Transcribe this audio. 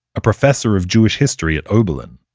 a professor of jewish history at oberlin.